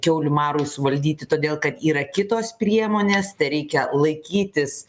kiaulių marui suvaldyti todėl kad yra kitos priemonės tereikia laikytis